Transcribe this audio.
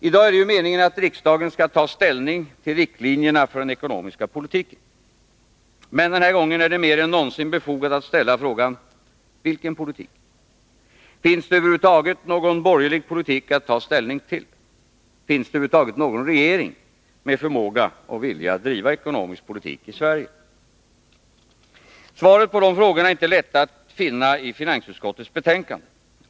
I dag är det ju meningen att riksdagen skallta 10 mars 1982 ställning till riktlinjerna för den ekonomiska politiken. Men den här gången är det mer än någonsin befogat att fråga: Vilken politik? Finns det över huvud taget någon borgerlig ekonomisk politik att ta ställning till? Finns det över huvud taget någon regering med förmåga och vilja att driva ekonomisk politik i Sverige? Svaret på de frågorna är inte lätta att finna i finansutskottets betänkande.